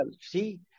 see